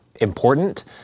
important